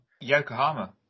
Yokohama